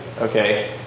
Okay